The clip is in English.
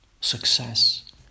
success